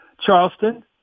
Charleston